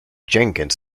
jenkins